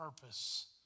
purpose